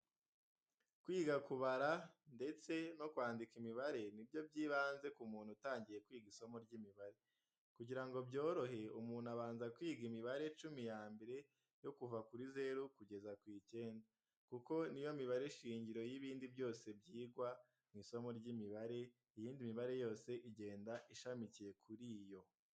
Kwiga kubara ndetse no kwandika imibare ni byo by'ibanze ku muntu utangiye kwiga isomo ry'imibare. Kugira ngo byorohe umuntu abanza kwiga imibare icumi ya mbere yo kuva kuri zeru kugeza ku icyenda, kuko niyo mibare shingiro y'ibindi byose byigwa mu isomo ry'imibare, iyindi mibare yose igenda ishamikiye kuri yo.